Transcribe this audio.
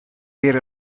weer